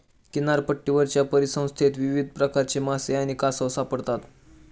किनारपट्टीवरच्या परिसंस्थेत विविध प्रकारचे मासे आणि कासव सापडतात